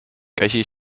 käsi